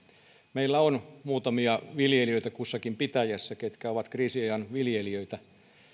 meillä on muutamia viljelijöitä kussakin pitäjässä ketkä ovat kriisiajan viljelijöitä